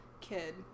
kid